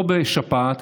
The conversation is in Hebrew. לא בשפעת,